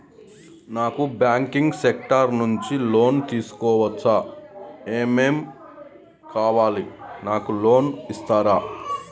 నాకు banking sector నుంచి loan తీసుకోవచ్చా? ఏమేం కావాలి? నాకు లోన్ ఇస్తారా?